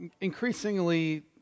increasingly